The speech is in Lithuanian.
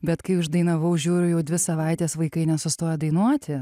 bet kai uždainavau žiūriu jau dvi savaites vaikai nesustoja dainuoti